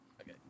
Okay